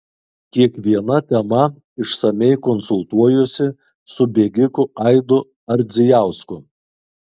kiekviena tema išsamiai konsultuojuosi su bėgiku aidu ardzijausku